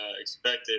expected